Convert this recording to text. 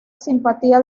simpatía